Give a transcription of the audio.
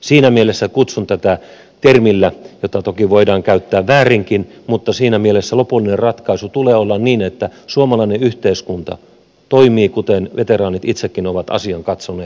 siinä mielessä kutsun tätä termillä jota toki voidaan käyttää väärinkin mutta siinä mielessä lopullisen ratkaisun tulee olla niin että suomalainen yhteiskunta toimii kuten veteraanit itsekin ovat asian katsoneet